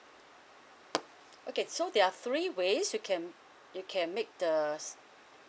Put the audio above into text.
okay so there are three ways you can you can make the